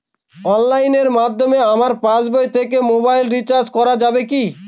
অনলাইনের মাধ্যমে আমার পাসবই থেকে মোবাইল রিচার্জ করা যাবে কি?